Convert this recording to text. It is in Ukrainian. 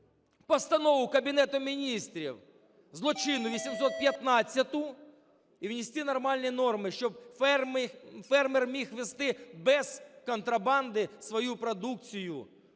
Постанову Кабінету Міністрів злочинну 815 і внести нормальні норми, щоб фермер міг везти без контрабанди свою продукцію